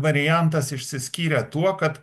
variantas išsiskyrė tuo kad